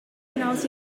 hinaus